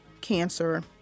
cancer